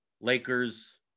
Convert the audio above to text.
Lakers